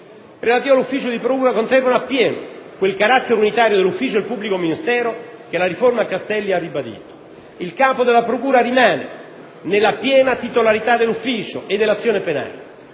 relativo all'ufficio di procura conservano appieno quel carattere unitario dell'ufficio del pubblico ministero che la riforma Castelli ha ribadito. Il capo della procura rimane nella piena titolarità dell'ufficio e dell'azione penale;